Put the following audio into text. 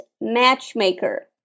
matchmaker